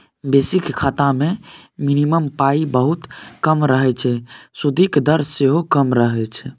basic खाता मे minimum पाइ बहुत कम रहय छै सुदिक दर सेहो कम रहय छै